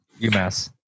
UMass